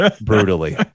brutally